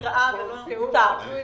בדיוק,